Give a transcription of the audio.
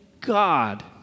God